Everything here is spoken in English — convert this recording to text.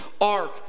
ark